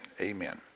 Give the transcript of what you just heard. amen